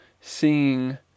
seeing